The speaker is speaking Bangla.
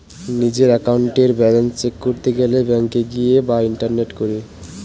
নিজের একাউন্টের ব্যালান্স চেক করতে গেলে ব্যাংকে গিয়ে বা ইন্টারনেটে করে